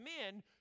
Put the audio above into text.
men